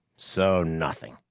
so nothing!